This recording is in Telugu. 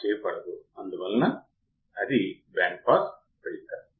వరకు ఆప్ ఆంప్ లోడ్ ద్వారా విద్యుత్తును నడుపుతుంది